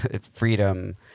freedom